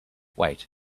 wait